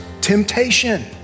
temptation